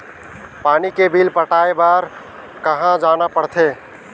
पानी के बिल पटाय बार कहा जाना पड़थे?